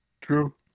True